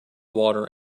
water